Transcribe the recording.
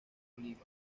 oliva